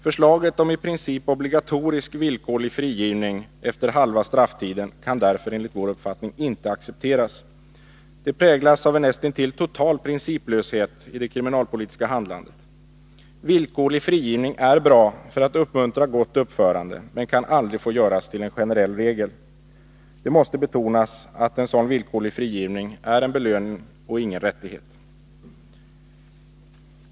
Förslaget om i princip obligatorisk villkorlig frigivning efter halva strafftiden kan därför enligt vår uppfattning inte accepteras. Det präglas av en näst intill total principlöshet i det kriminalpolitiska handlandet. Villkorlig frigivning är bra för att uppmuntra gott uppförande, men kan aldrig få göras till en generell regel. Det måste betonas att en sådan villkorlig frigivning är en belöning, och ingen rättighet.